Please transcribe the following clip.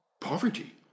poverty